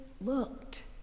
looked